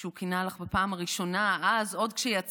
כשהוא קינא לך בפעם הראשונה, אז, עוד כשיצאתם,